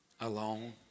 alone